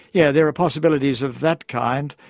yeah there are possibilities of that kind,